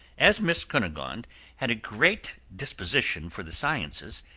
as miss cunegonde had a great disposition for the sciences,